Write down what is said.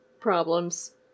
problems